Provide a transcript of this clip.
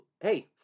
hey